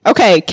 Okay